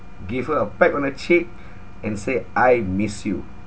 give her a peck on the cheek and say I miss you